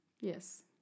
Yes